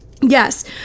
Yes